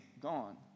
gone